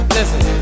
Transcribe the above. Listen